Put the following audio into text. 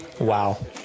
Wow